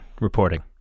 reporting